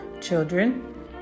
children